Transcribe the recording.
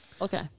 Okay